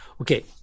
Okay